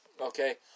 okay